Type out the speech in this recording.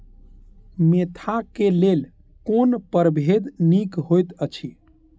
Mentha क लेल कोन परभेद निक होयत अछि?